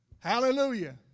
Hallelujah